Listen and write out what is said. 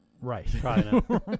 Right